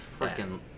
Freaking